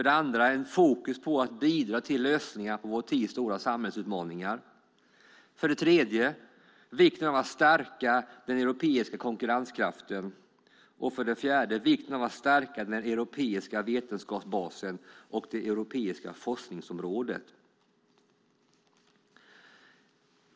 Det andra är fokus på att bidra till lösningar på vår tids stora samhällsutmaningar. Det tredje är vikten av att stärka den europeiska konkurrenskraften. Det fjärde är vikten av att stärka den europeiska vetenskapsbasen och det europeiska forskningsområdet.